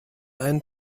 einen